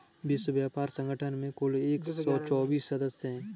विश्व व्यापार संगठन में कुल एक सौ चौसठ सदस्य हैं